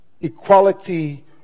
equality